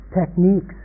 techniques